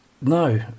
no